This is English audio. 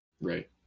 right